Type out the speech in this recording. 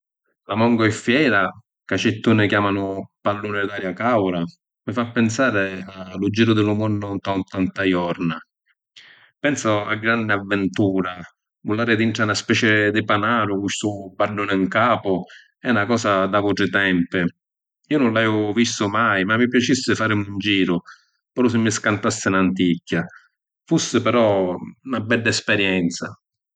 La mongolfiera ca certuni chiamanu palluni d’aria cauda, mi fa pinsari a “lu giru di lu munnu nta ottanta jorna”! Pensu a granni avvintura, vulari dintra na specie di panàru, cu stu badduni ‘n capu, è na cosa d’autri tempi. Iu nun l’haiu vistu mai ma mi piacissi farimi un giru, puru si mi scantassi n’anticchia. Fussi però na bedda esperienza.